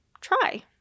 try